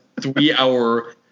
three-hour –